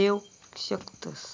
देवक शकतस